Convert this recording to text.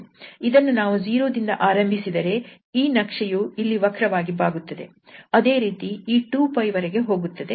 ಇದನ್ನು ನಾವು 0 ದಿಂದ ಪ್ರಾರಂಭಿಸಿದರೆ ಈ ನಕ್ಷೆಯು ಇಲ್ಲಿ ವಕ್ರವಾಗಿ ಬಾಗುತ್ತದೆ ಅದೇ ರೀತಿ ಈ 2𝜋 ವರೆಗೆ ಹೋಗುತ್ತದೆ